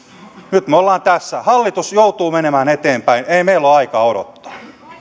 nyt me olemme tässä hallitus joutuu menemään eteenpäin ei meillä ole aikaa odottaa